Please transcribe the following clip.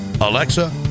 Alexa